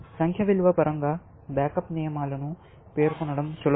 సంఖ్యా విలువ పరంగా బ్యాకప్ నియమాలను పేర్కొనడం సులభం